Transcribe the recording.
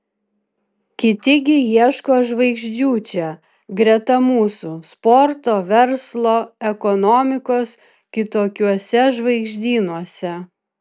kiti gi ieško žvaigždžių čia greta mūsų sporto verslo ekonomikos kitokiuose žvaigždynuose